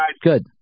Good